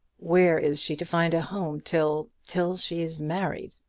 where is she to find a home till till she is married?